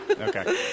Okay